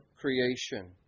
creation